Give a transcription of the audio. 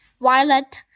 Violet